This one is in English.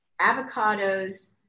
avocados